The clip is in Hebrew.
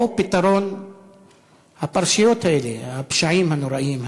או פתרון הפרשיות האלה, הפשעים הנוראיים האלה.